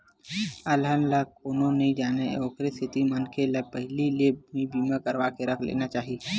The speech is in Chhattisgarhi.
अलहन ला कोनो नइ जानय ओखरे सेती मनखे ल पहिली ले ही बीमा करवाके रख लेना चाही